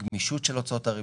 הגמישות של הוצאות הריבית.